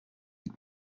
you